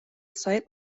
sight